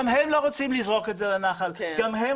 גם הם לא רוצים לזרוק את זה לנחל,